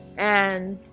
and